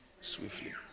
swiftly